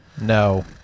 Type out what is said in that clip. No